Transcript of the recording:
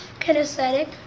Kinesthetic